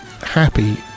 happy